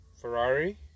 Ferrari